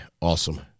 Awesome